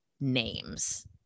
names